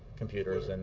computers, and